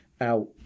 out